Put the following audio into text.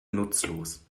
nutzlos